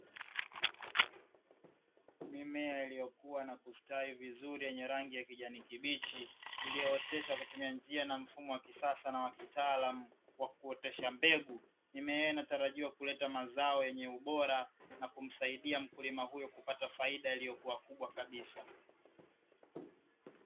Mimea iliyokua na kustawi vizuri yenye rangi ya kijani kibichi iliyooteshwa kwa kutumia njia na mfumo wa kisaaa na wakitaalamu wa kuotesha mbegu. Mimea hiyo inatarajiwa kuleta mazao yenye ubora na kumsaidia mkulima huyo kupata faida iliyokua kubwa kabisa.